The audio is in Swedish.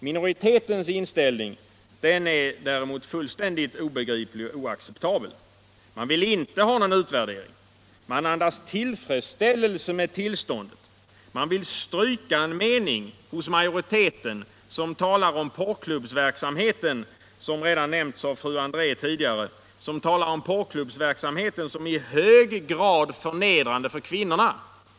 Minoritetens inställning är däremot fullständigt obegriplig och oacceptabel. Man vill inte ha någon utvärdering. Man andas tillfredsställelse med tillståndet. Som redan nämnts av fru André tidigare vill man stryka en mening hos majoriteten som talar om porrklubbsverksamheten som i hög grad förnedrande för kvinnorna.